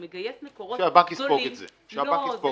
הוא מגייס מקורות גדולים --- שהבנק יספוג את זה.